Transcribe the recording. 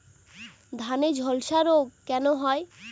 ধানে ঝলসা রোগ কেন হয়?